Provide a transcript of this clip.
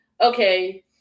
okay